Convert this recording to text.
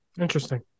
Interesting